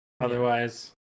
Otherwise